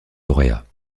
lauréats